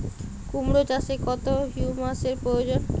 কুড়মো চাষে কত হিউমাসের প্রয়োজন?